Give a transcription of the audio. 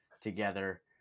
together